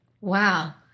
Wow